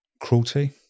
Cruelty